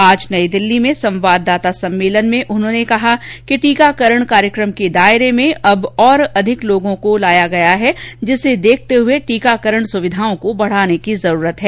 आज नई दिल्ली में संवाददाता सम्मेलन में उन्होंने कहा कि टीकाकरण कार्यक्रम के दायरे में अब और अधिक लोगों को लाया गया है जिसे देखते हुए टीकाकरण सुविधाओं को बढ़ाने की जरूरत है